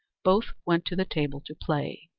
both went to the table to play,